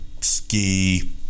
ski